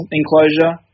enclosure